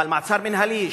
אבל מעצר מינהלי,